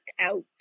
out